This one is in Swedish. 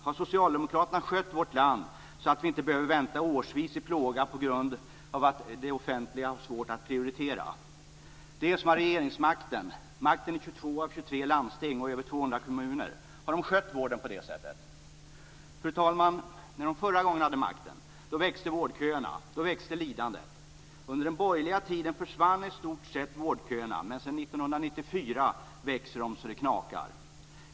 Har socialdemokraterna skött vårt land så att vi inte behöver vänta i åratal i plåga på grund av att det offentliga har svårt att prioritera? Har de som har regeringsmakten, makten i 22 av 23 landsting och i mer än 200 kommuner, skött vården på det sättet? Fru talman! När de förra gången hade makten växte vårdköerna och lidandet. Under den borgerliga tiden försvann i stort sett vårdköerna men sedan 1994 växer de så det knakar.